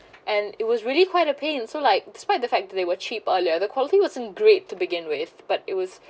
and it was really quite a pain so like despite the fact that they were cheap earlier the quality wasn't great to begin with but it was